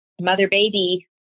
mother-baby